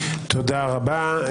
תודה רבה.